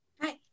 Hi